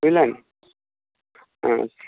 বুঝলেন হ্যাঁ